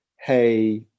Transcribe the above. Hey